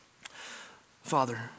Father